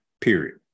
period